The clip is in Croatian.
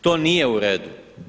To nije uredu.